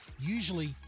usually